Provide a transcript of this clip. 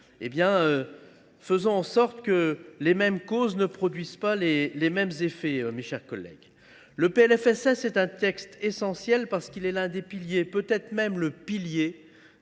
finances. Faisons en sorte que les mêmes causes ne produisent pas les mêmes effets. Le PLFSS est un texte essentiel, parce qu’il est l’un des piliers, peut être même le pilier